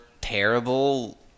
terrible